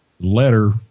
letter